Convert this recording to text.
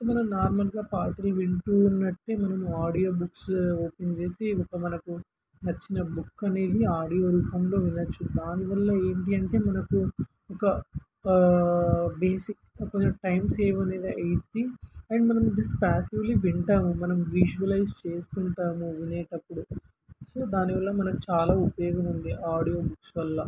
so మనం నార్మల్గా పాటలు వింటూ ఉన్నట్టే మనం ఆడియో బుక్స్ ఓపెన్ చేసి ఒక మనకు నచ్చిన బుక్ అనేది ఆడియో రూపంలో వినచ్చు దానివల్ల ఏంటి అంటే మనకు ఒక బేసిక్ కొంచెం టైం సేవ్ అనేది అవుతుంది అండ్ మనం జస్ట్ ప్యాసివ్లీ వింటాము మనం విజువలైజ్ చేసుకుంటాము వినేటప్పుడు సో దానివల్ల మనకు చాలా ఉపయోగం ఉంది ఆడియో బుక్స్ వల్ల